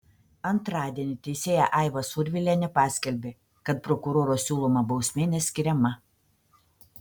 antradienį teisėja aiva survilienė paskelbė kad prokuroro siūloma bausmė neskiriama